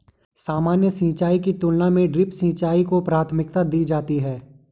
सामान्य सिंचाई की तुलना में ड्रिप सिंचाई को प्राथमिकता दी जाती है